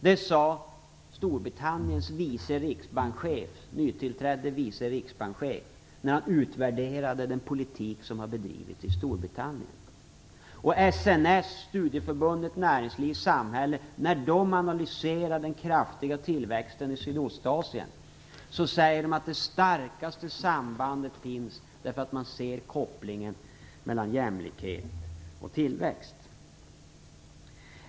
Detta sade Storbritanniens nytillträdde vice riksbankschef när han utvärderade den politik som har bedrivits i Storbritannien. När man på SNS, Studieförbundet Näringsliv och Samhälle, analyserar den kraftiga tillväxten i Sydostasien konstaterar man att det starkaste sambandet är kopplingen mellan jämlikhet och tillväxt.